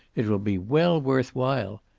it will be well worth while.